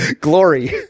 Glory